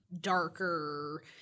darker